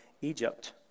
Egypt